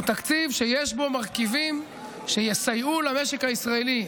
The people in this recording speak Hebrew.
הוא תקציב שיש בו מרכיבים שיסייעו למשק הישראלי,